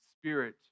spirit